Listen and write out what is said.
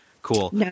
Cool